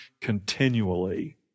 continually